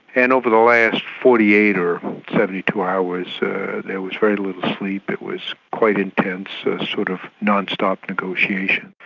and over the last forty eight or seventy two hours there was very little sleep. it was quite intense, sort of non-stop negotiation.